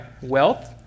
wealth